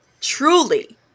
Truly